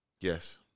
Yes